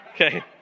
Okay